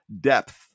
depth